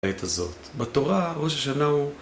בתורה ראש השנה הוא